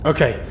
Okay